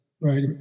right